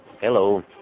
Hello